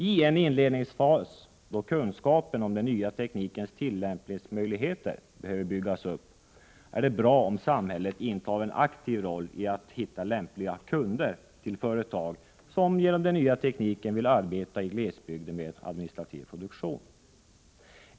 I en inledningsfas, då kunskapen om den nya teknikens tillämpningsmöjligheter behöver byggas upp, är det bra om samhället intar en aktiv roll då det gäller att hitta lämpliga kunder till företag som på grund av den nya tekniken vill arbeta i glesbygden med administrativ produktion.